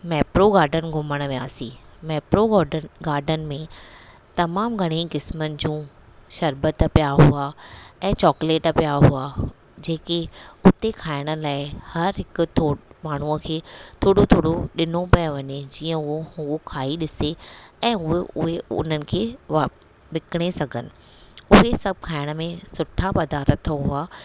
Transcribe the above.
Mapro garden घुमणु वियासीं मैपरो गॉडन गार्डन में तमामु घणे क़िस्मनि जूं शर्बत पिया हुआ ऐं चॉकलेट पिया हुआ जेके उते खाइण लाइ हर हिकु थो माण्हूअ खे थोरो थोरो ॾिनो पियो वञे जीअं उओ हूअ खाई ॾिसे ऐं हू उहे उन्हनि खे वाप विकिणी सघनि उहे सभु खाइण में सुठा पदार्थ हुआ